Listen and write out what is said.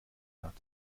hat